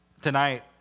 Tonight